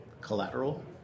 collateral